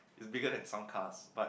it's bigger than some cars but